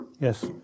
Yes